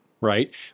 Right